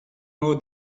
know